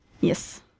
Yes